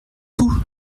fou